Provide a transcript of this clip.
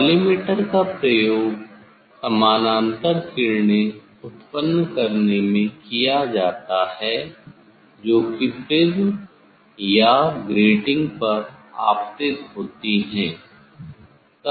collimator का प्रयोग समानांतर किरणें उत्पन्न करने में किया जाता है जो की प्रिज़्म या ग्रेटिंग पर आपतित होती है